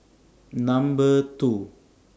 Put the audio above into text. Number two